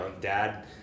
Dad